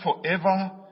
forever